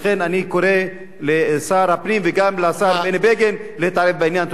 ולכן אני קורא לשר הפנים וגם לשר בני בגין להתערב בעניין.